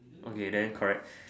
okay then correct